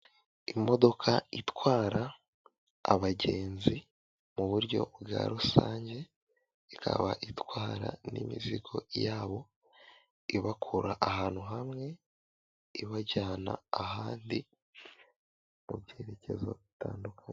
Imodoka itwara abagenzi mu buryo bwa rusange, ikaba itwara n'imizigo yabo, ibakura ahantu hamwe ibajyana ahandi, mu byerekezo bitandukanye.